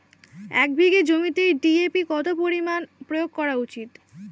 এক বিঘে জমিতে ডি.এ.পি কত পরিমাণ প্রয়োগ করা উচিৎ?